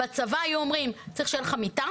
בצבא היו אומרים, צריך שיהיה לך מיטה,